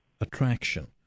attraction